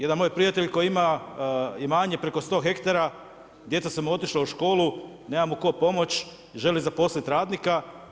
Jedan moj prijatelj koji ima imanje preko 100 ha djeca su mu otišla u školu, nema mu tko pomoći i želi zaposliti radnika.